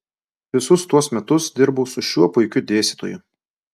visus tuos metus dirbau su šiuo puikiu dėstytoju